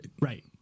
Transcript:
right